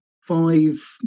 five